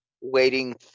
waiting